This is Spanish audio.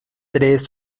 tres